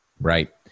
Right